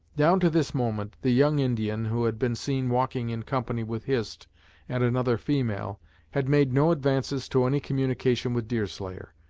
down to this moment, the young indian who had been seen walking in company with hist and another female had made no advances to any communication with deerslayer.